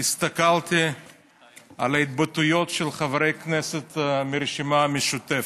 הסתכלתי על ההתבטאויות של חברי כנסת מהרשימה המשותפת,